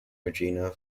regina